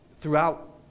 throughout